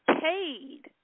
paid